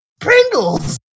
Pringles